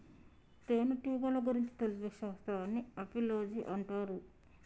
తేనెటీగల గురించి తెలిపే శాస్త్రాన్ని ఆపిలోజి అంటారు